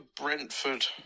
Brentford